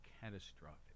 catastrophic